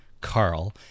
Carl